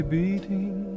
beating